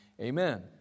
Amen